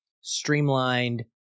streamlined